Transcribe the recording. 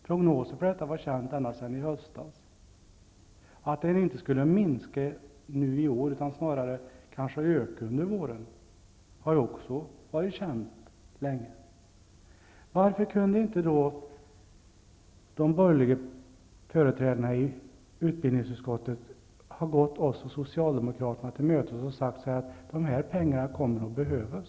Prognoser har varit kända ända sedan i höstas. Att den inte skulle minska i år utan snarare öka under våren har också varit känt länge. Varför kunde då inte de borgerliga företrädarna i utbildningsutskottet ha gått oss och Socialdemokraterna till mötes och sagt att dessa pengar kommer att behövas.